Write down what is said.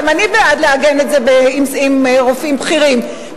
גם אני בעד לעגן את זה עם רופאים בכירים,